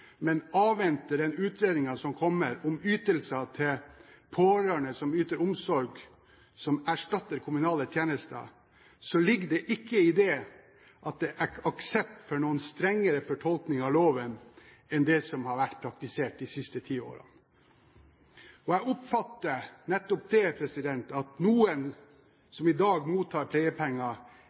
men avventer den utredningen som kommer om ytelser til pårørende som yter omsorg som erstatter kommunale tjenester, så ligger det ikke i det at det er aksept for noen strengere fortolkning av loven enn det som har vært praktisert de siste ti årene. Jeg oppfatter at noen som i dag mottar pleiepenger,